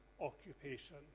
occupation